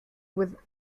with